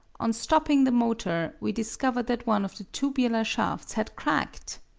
on stopping the motor we discovered that one of the tubular shafts had cracked!